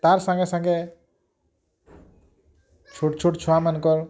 ତା'ର୍ ସାଙ୍ଗେ ସାଙ୍ଗେ ଛୋଟ୍ ଛୋଟ୍ ଛୁଆମାନଙ୍କ